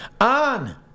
On